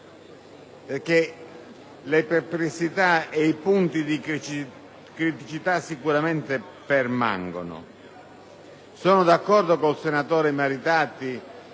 perché le perplessità e i punti di criticità sicuramente permangono. Sono d'accordo con il senatore Maritati